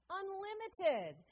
unlimited